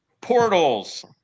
Portals